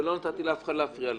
ולא נתתי לאף אחד להפריע לך,